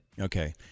Okay